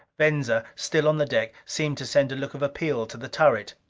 venza, still on the deck, seemed to send a look of appeal to the turret.